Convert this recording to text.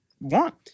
want